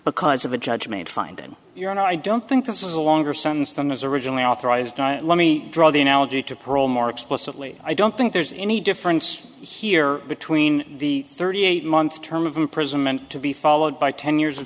because of a judge made finding your own i don't think this is a longer sentence than was originally authorized let me draw the analogy to parole more explicitly i don't think there's any difference here between the thirty eight month term of imprisonment to be followed by ten years of